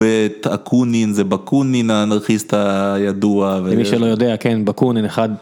בקונין זה בקונין האנרכיסט הידוע ומי שלא יודע כן בקונין אחד.